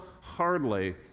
Hardly